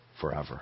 forever